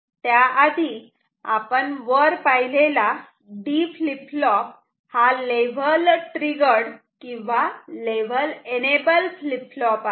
त्याआधी आपण वर पाहिलेला D फ्लीप फ्लॉप हा लेव्हल ट्रिगर्ड किंवा लेव्हल एनेबल फ्लीप फ्लॉप आहे